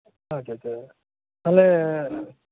ᱟᱪᱷᱟ ᱟᱪᱷᱟ ᱛᱟᱦᱚᱞᱮ